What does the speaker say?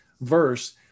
verse